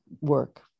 work